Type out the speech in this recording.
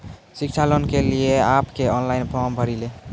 शिक्षा लोन के लिए आप के ऑनलाइन फॉर्म भरी ले?